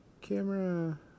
Camera